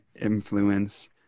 influence